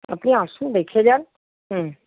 আপনি আসুন দেখে যান হুম